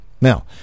Now